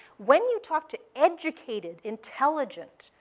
when you talk to educated, intelligent,